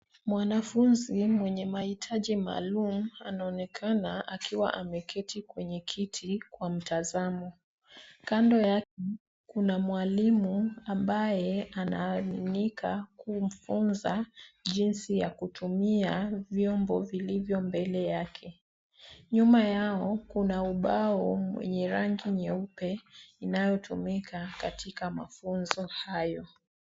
Mwanafunzi mwenye mahitaji maalum anaonekana akiwa ameketi kwenye kiti kwa mtazamo. Kando yake kuna mwalimu ambaye anaaminika kumfunza jinsi ya kutumia vyombo vilivyo mbele yake. Nyuma yao kuna ubao mwenye rangi nyeupe inayotumika katika mafunzo hayo.